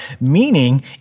meaning